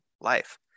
life